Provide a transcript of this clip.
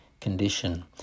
condition